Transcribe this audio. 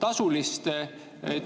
tasuliste